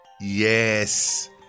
Yes